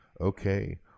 okay